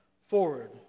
forward